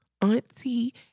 Auntie